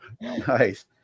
Nice